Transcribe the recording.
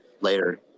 later